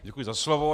Děkuji za slovo.